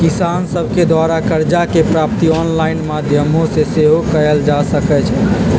किसान सभके द्वारा करजा के प्राप्ति ऑनलाइन माध्यमो से सेहो कएल जा सकइ छै